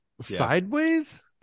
Sideways